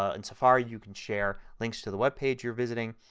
ah in safari you can share links to the web page you are visiting.